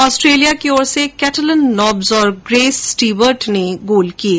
Australia की ओर से कैटलिन नाब्स और ग्रेस स्टीवर्ट ने गोल किये